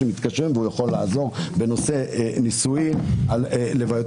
שמתקשרים והוא יכול לעזור בנושא נישואים ולוויות.